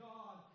God